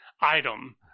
item